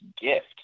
gift